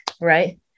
right